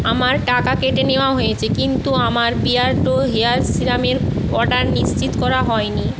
আমার টাকা কেটে নেওয়া হয়েছে কিন্তু আমার বিয়ার্ডো হেয়ার সিরামের অর্ডার নিশ্চিত করা হয় নি